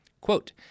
quote